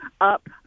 up